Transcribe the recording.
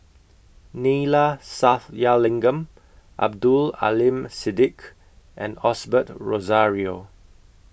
Neila Sathyalingam Abdul Aleem Siddique and Osbert Rozario